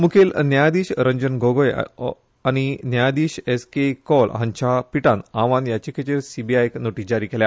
मुखेल न्यायाधीश रंजन गोगोय आनी न्यायाधीश एसके कौल हांच्या खंडपिठान आव्हान याचिकेचेर सीबीआयक नोटीस जारी केल्या